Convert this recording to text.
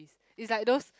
it's like those